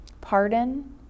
Pardon